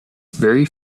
very